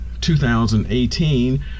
2018